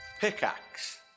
Pickaxe